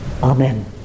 Amen